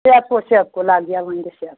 سٮ۪فکَو سٮ۪فکَو لَگیا ؤنٛدِتھ سٮ۪فکَو